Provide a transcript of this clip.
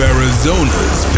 Arizona's